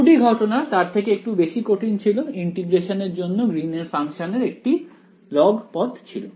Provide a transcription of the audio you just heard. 2 D ঘটনা তার থেকে একটু বেশি কঠিন ছিল ইন্টিগ্রেশনের জন্য গ্রীন ফাংশনের একটি log পদ ছিল